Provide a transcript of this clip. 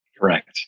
Correct